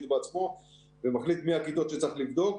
בעצמו ומחליט מי הכיתות שצריך לבדוק.